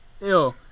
Ew